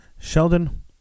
Sheldon